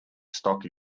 stock